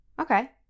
Okay